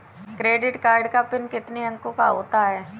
Credit card का PIN कितने अंकों का होता है?